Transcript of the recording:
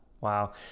wow